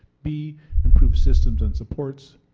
b improve systems and supports,